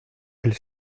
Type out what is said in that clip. elle